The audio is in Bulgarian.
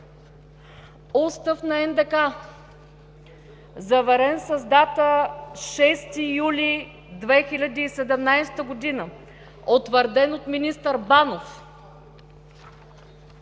Устав на НДК, заверен с дата 6 юли 2017 г., утвърден от министър Банов: